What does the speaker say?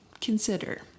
consider